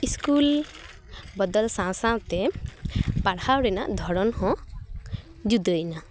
school ᱵᱚᱫᱚᱞ ᱥᱟᱶ ᱥᱟᱶᱛᱮ ᱯᱟᱲᱦᱟᱣ ᱨᱮᱱᱟᱜ ᱫᱷᱚᱨᱚᱱ ᱦᱚᱸ ᱡᱩᱫᱟᱹᱭᱮᱱᱟ